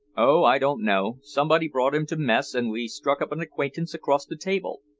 oh, i don't know. somebody brought him to mess, and we struck up an acquaintance across the table.